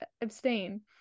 abstain